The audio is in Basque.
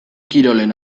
kirolen